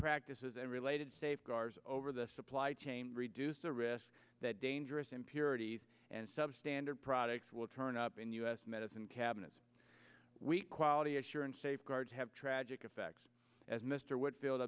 practices and related safeguards over the supply chain reduce the risk that dangerous impurities and substandard products will turn up in u s medicine cabinets we quality assurance safeguards have tragic effects as mr whitfield